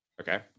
Okay